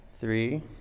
three